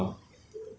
哪里买的